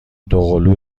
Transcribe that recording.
دوقلو